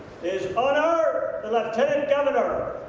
his honour, the lieutenant governor,